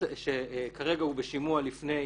שכרגע הוא בשימוע לפני